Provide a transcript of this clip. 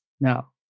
now